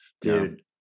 dude